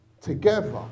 together